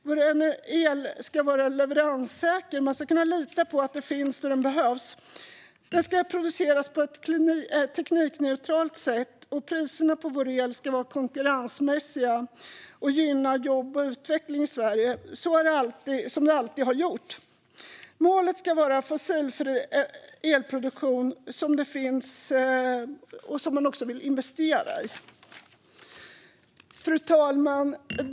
Vår el ska vara leveranssäker - man ska kunna lita på att den finns då den behövs. Den ska produceras på ett teknikneutralt sätt, och priserna på vår el ska vara konkurrensmässiga och gynna jobb och utveckling i Sverige, så som alltid varit fallet. Målet ska vara en fossilfri elproduktion som man också vill investera i. Fru talman!